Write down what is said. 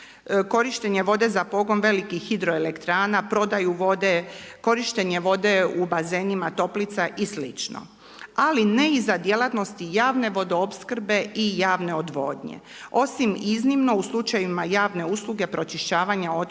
Korištenje vode za pogon velikih hidroelektrana, prodaju vode, korištenje vode u bazenima, toplica i slično ali ne i za djelatnosti javne vodo opskrbe i javne odvodnje, osim iznimno u slučajevima javne usluge pročišćavanja otpadnih